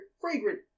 fragrant